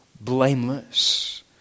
blameless